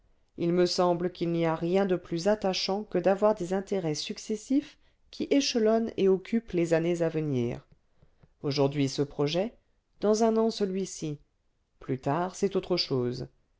il me semble qu'il n'y a rien de plus attachant que d'avoir ainsi des intérêts successifs qui échelonnent et occupent les années à venir aujourd'hui ce projet dans un an celui-ci plus tard c'est autre chose